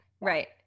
right